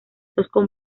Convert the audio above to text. procesos